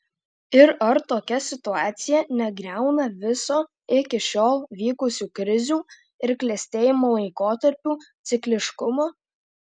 ir ar tokia situacija negriauna viso iki šiol vykusių krizių ir klestėjimo laikotarpių cikliškumo